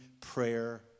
prayer